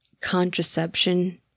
contraception